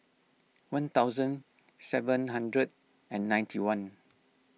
one thousand seven hundred and ninety one